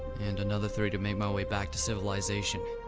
and another three to make my way back to civilization.